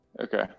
Okay